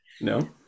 No